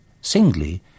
Singly